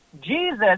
Jesus